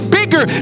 bigger